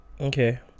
Okay